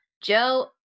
Joe